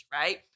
right